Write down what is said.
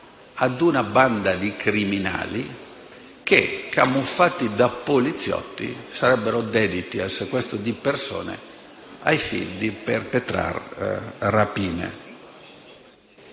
ad una banda di criminali che, camuffati da poliziotti, sarebbero dediti al sequestro di persone e a rapine.